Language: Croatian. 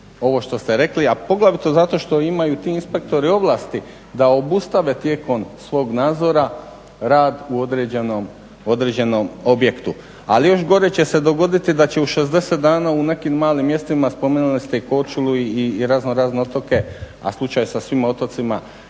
ovo što ste rekli, a poglavito zato što imaju ti inspektori ovlasti da obustave tijekom svog nadzora rad u određenom objektu. Ali još gore će se dogoditi da će u 60 dana u nekim malim mjestima spomenuli ste Korčulu i razno razne otoke, a slučaj sa svim otocima